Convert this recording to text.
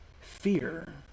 fear